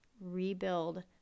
rebuild